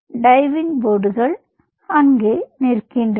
diving போர்டுகள் அங்கே நிற்கின்றன